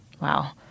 Wow